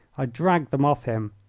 i dragged them off him.